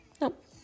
Nope